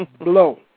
blow